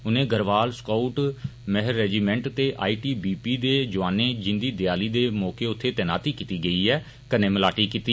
उनें घरवाल scout Mahar regiment ते आईटीबीपी दे जुआनें जिंदी दियाली दे तौके उत्थें तैनाती कीती गेई ऐ कन्नै मलाटी कीती